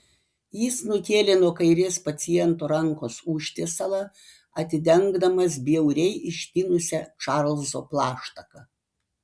jis nukėlė nuo kairės paciento rankos užtiesalą atidengdamas bjauriai ištinusią čarlzo plaštaką